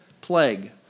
plague